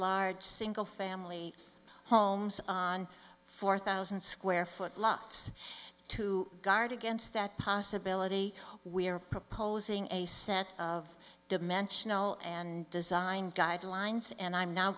large single family homes on four thousand square foot lots to guard against that possibility we are proposing a set of dimensional and designed guidelines and i'm now